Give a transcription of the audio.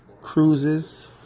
cruises